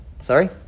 sorry